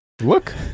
look